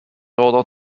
order